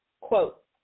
quote